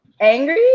angry